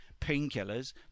painkillers